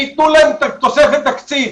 ויתנו להם תוספת תקציב.